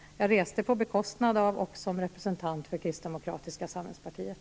Jag reste på bekostnad av och som representant för kristdemokratiska samhällspartiet.